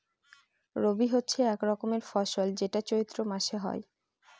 রবি হচ্ছে এক রকমের ফসল যেটা চৈত্র মাসে হয়